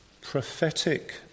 prophetic